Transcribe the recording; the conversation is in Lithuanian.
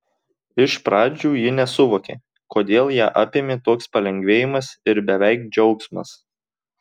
iš pradžių ji nesuvokė kodėl ją apėmė toks palengvėjimas ir beveik džiaugsmas